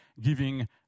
giving